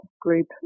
group